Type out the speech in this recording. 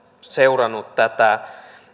seurannut tätä